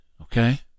okay